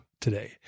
today